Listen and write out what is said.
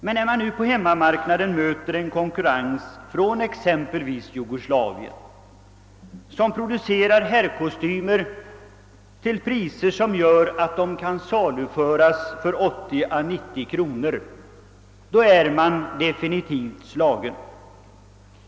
Men när man nu på hemmamarknaden möter en konkurrens från exempelvis Jugoslavien, där man producerar herrkostymer till kostnader som gör att de kan saluföras för 80 å 90 kronor, är den definitivt slagen.